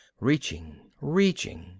reaching, reaching